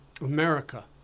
America